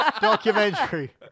documentary